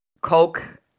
Coke